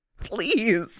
please